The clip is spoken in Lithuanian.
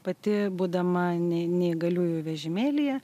pati būdama neį neįgaliųjų vežimėlyje